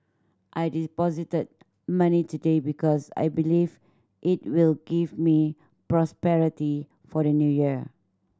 I deposited money today because I believe it will give me prosperity for the New Year